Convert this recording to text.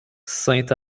saint